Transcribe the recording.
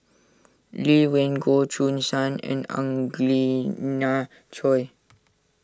Lee Wen Goh Choo San and Angelina Choy